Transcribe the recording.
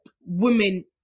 women